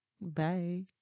Bye